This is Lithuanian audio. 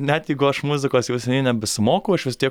net jeigu aš muzikos jau seniai nebesimokau aš vis tiek